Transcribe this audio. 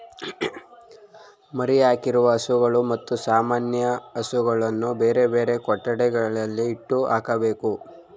ಮರಿಯಾಕಿರುವ ಹಸುಗಳು ಮತ್ತು ಸಾಮಾನ್ಯ ಹಸುಗಳನ್ನು ಬೇರೆಬೇರೆ ಕೊಟ್ಟಿಗೆಯಲ್ಲಿ ಇಟ್ಟು ಹಾಕ್ಬೇಕು